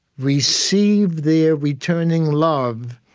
receive their returning love,